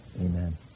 amen